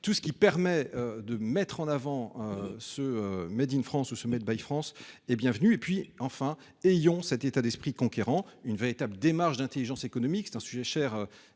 Tout ce qui permet de mettre en avant ce Made in France où se by France et bienvenue. Et puis enfin ayons cet état d'esprit conquérant, une véritable démarche d'Intelligence économique, c'est un sujet cher